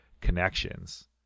connections